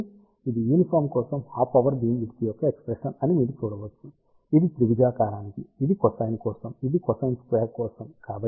కాబట్టి ఇది యూనిఫాం కోసం హాఫ్ పవర్ బీమ్ విడ్త్ యొక్క ఎక్ష్ప్రెషన్ అని మీరు చూడవచ్చు ఇది త్రిభుజాకారానికి ఇది కొసైన్ కోసం ఇది కొసైన్ స్క్వేర్ కోసం